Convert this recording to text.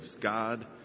God